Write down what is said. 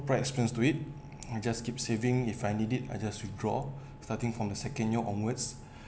quite experience to it you just keep saving if I need it I just withdraw starting from the second year onwards